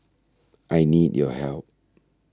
I need your help